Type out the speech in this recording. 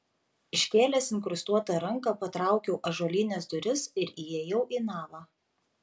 iškėlęs inkrustuotą ranką patraukiau ąžuolines duris ir įėjau į navą